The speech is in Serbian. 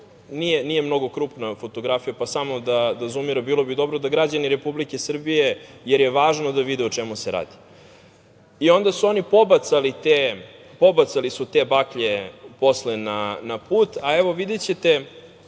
nije mnogo krupna fotografija, pa samo da zumira bilo bi dobro da građani Republike Srbije, jer je važno da vide o čemu se radi, i onda pobacali su te baklje posle na put. Videćete